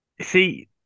See